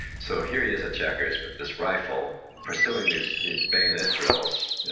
so here he is at chequers with this rifle pursuing these these bayonet drills,